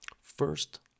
First